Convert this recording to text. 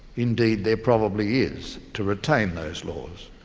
indeed there probably is, to retain those laws.